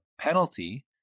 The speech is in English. penalty